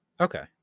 Okay